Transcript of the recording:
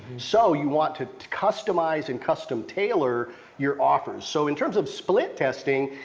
so, you want to customize and custom tailor your offers. so, in terms of split testing,